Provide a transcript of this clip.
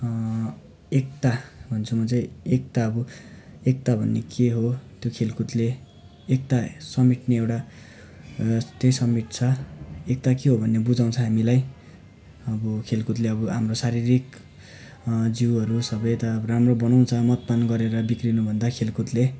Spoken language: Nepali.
एकता भन्छु म चाहिँ एकता अब एकता भन्ने के हो त्यो खेलकुदले एकता समेट्ने एउटा त्यै समेट्छ एकता के हो भन्ने बुझाउँछ हामीलाई अब खेलकुदले अब हाम्रो शारीरिक जिउहरू सबै त अब राम्रो बनाउँछ मदपान गरेर बिग्रिनुभन्दा खेलकुदले